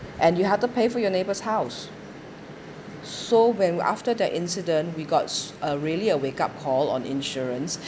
and you have to pay for your neighbour's house so when we after the incident we got s~ a really a wake up call on insurance